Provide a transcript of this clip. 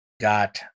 got